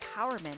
empowerment